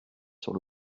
sur